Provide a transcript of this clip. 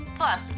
Plus